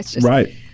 Right